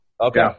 Okay